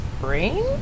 brain